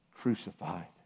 crucified